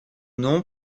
nom